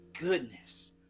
goodness